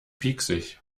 pieksig